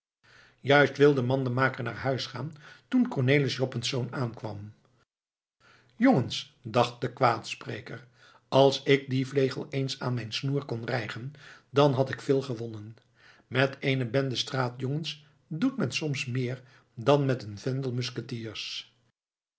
juist wilde mandenmaker naar huis gaan toen cornelis joppensz aankwam jongens dacht de kwaadspreker als ik dien vlegel eens aan mijn snoer kon krijgen dan had ik veel gewonnen met eene bende straatjongens doet men soms meer dan met een vendel musketiers